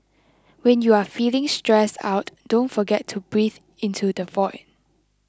when you are feeling stressed out don't forget to breathe into the void